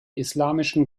islamischen